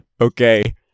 Okay